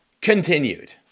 continued